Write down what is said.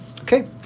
Okay